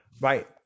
right